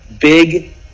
big